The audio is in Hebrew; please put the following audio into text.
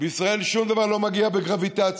בישראל שום דבר לא מגיע בגרביטציה,